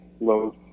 low